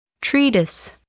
Treatise